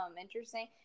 interesting